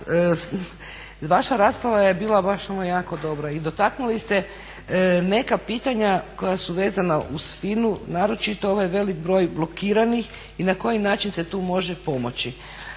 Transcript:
vaša rasprava je bila jako dobra i dotaknuli ste neka pitanja koja su vezana uz FINA-u naročito ovaj veliki broj blokiranih i na koji način se tu može pomoći.